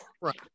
Right